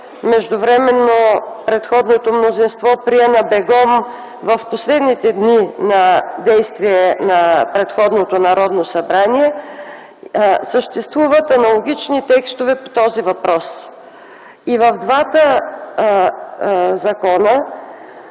година, който предходното мнозинство прие на бегом в последните дни на действие на предишното Народно събрание, съществуват аналогични текстове по този въпрос. И в двата закона